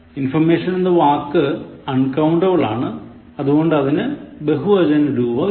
Information എന്ന വാക്ക് uncountable ആണ് അതുകൊണ്ട് അതിന് ബഹുവചനരൂപം ഇല്ല